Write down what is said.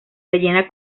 rellena